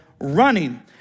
running